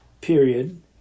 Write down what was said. period